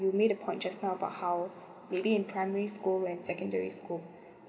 you made a point just now about how maybe in primary school and secondary school